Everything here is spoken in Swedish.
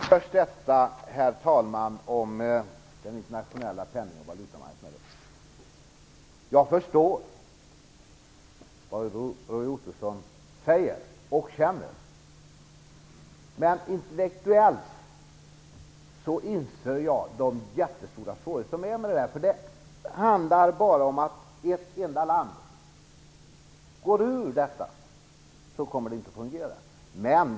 Herr talman! Först vill jag kommentera den internationella penning och valutamarknaden. Jag förstår vad Roy Ottosson säger och känner, men intellektuellt inser jag vilka jättestora svårigheter som finns. Om ett enda land går ur samarbetet kommer det inte att fungera.